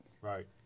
right